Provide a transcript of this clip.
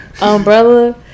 Umbrella